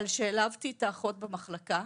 על שהעלבתי את האחות במחלקה,